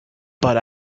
but